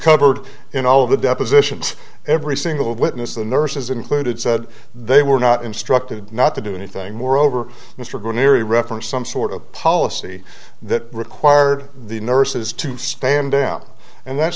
covered in all of the depositions every single witness the nurses included said they were not instructed not to do anything moreover mr going every reference some sort of policy that required the nurses to stand down and that